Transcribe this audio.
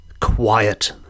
quiet